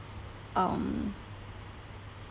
um